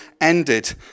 ended